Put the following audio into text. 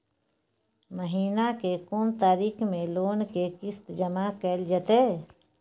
महीना के कोन तारीख मे लोन के किस्त जमा कैल जेतै?